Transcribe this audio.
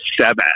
seven